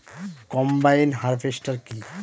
Combine harvester কি?